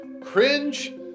Cringe